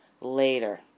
later